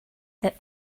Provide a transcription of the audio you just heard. that